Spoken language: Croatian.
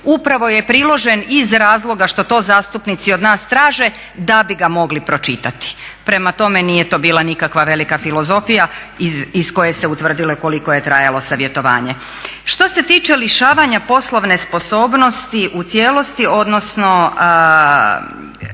upravo je priložen iz razloga što to zastupnici od nas traže da bi ga mogli pročitati. Prema tome, nije to bila nikakva velika filozofija iz koje se utvrdilo i koliko je trajalo savjetovanje. Što se tiče lišavanja poslovne sposobnosti u cijelosti, odnosno